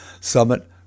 Summit